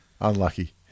unlucky